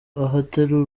ahatari